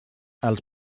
els